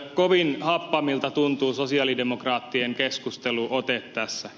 kovin happamalta tuntuu sosialidemokraattien keskusteluote tässä